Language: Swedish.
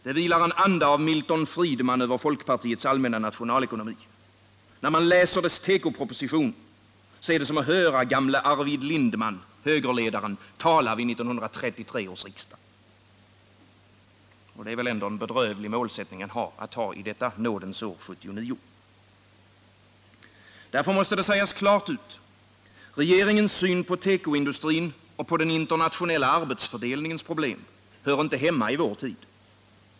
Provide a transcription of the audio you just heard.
Det vilar en anda av Milton Friedman över folkpartiets allmänna nationalekonomi. När man läser dess tekoproposition är det som att höra gamle Arvid Lindman, högerledaren, tala vid 1933 års riksdag. Och det är väl ändå en bedrövlig målsättning att ha i detta nådens år 1979. Därför måste det sägas klart ut: Regeringens syn på tekoindustrin och den internationella arbetsfördelningens problem hör inte hemma i vår tid.